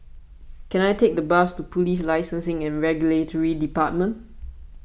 can I take a bus to Police Licensing and Regulatory Department